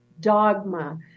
dogma